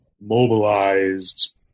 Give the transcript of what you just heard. mobilized